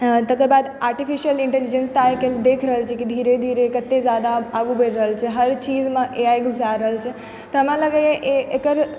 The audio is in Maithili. तकर बाद आर्टिफीसियल इंटेलीजेंस तऽ आइ काल्हि देख रहल छियै कि धीरे धीरे कते जादा आगू बढि रहल छै हर चीजमे एआइ घुसा रहल छै तऽ हमरा लागै यऽ एकर